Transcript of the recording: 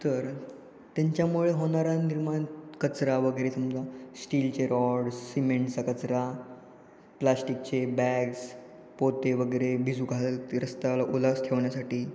तर त्यांच्यामुळे होणारा निर्माण कचरा वगैरे समजा स्टीलचे रॉड्स सिमेंटचा कचरा प्लास्टिकचे बॅग्स पोते वगैरे भिजू घालते रस्त्याला उलास ठेवण्यासाठी